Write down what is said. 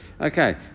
Okay